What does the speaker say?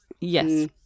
Yes